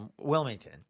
Wilmington